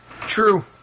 True